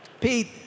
Pete